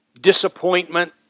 disappointment